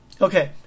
Okay